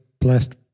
blessed